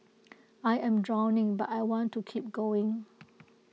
I am drowning but I want to keep going